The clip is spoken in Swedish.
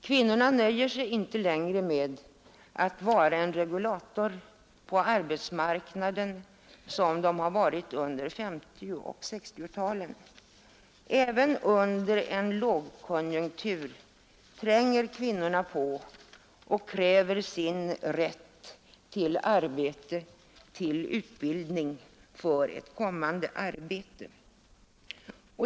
Kvinnorna nöjer sig inte längre med att vara en regulator på arbetsmarknaden, som de har varit under 1950—1960-talen. Även under en lågkonjunktur tränger kvinnorna på och kräver sin rätt till arbete och utbildning för ett kommande arbete.